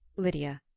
lydia,